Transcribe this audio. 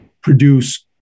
produce